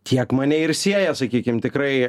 tiek mane ir sieja sakykim tikrai